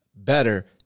Better